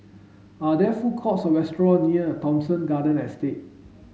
are there food courts or restaurant near Thomson Garden Estate